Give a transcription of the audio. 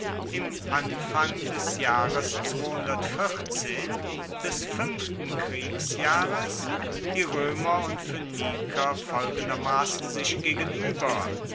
im anfang des jahres des fuenften kriegsjahres die roemer und phoeniker folgendermassen sich gegenueber